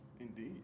Indeed